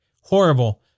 Horrible